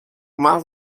más